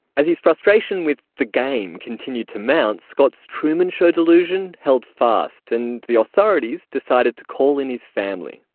as his frustration with the game continued to mount, scott's truman show delusion held fast, and the authorities decided to call in his family.